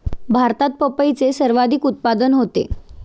भारतात पपईचे सर्वाधिक उत्पादन होते